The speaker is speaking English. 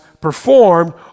performed